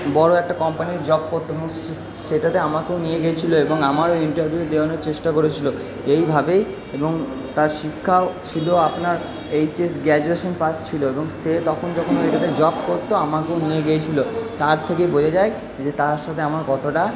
বড়ো একটা কোম্পানির জব করতো এবং সেটাতে আমাকেও নিয়ে গিয়েছিলো এবং আমারও ইন্টারভিউ দেওয়ানোর চেষ্টা করেছিলো এইভাবেই এবং তার শিক্ষাও ছিল আপনার এইচএস গ্রাজুয়েশন পাস ছিল এবং সে তখন যখন এখানে জব করতো আমাকেও নিয়ে গিয়েছিলো তার থেকেই বোঝা যায় যে তার সাথে আমার কতটা